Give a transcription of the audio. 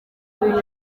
ibintu